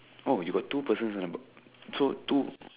oh you got two persons on the boat so two